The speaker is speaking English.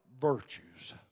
virtues